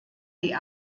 die